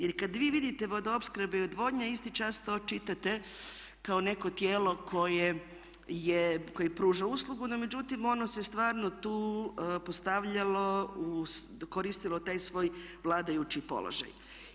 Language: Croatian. Jer kad vi vidite Vodoopskrba i odvodnja isti čas to čitate kao neko tijelo koje pruža uslugu no međutim ono se stvarno tu postavljalo, koristilo taj svoj vladajući položaj.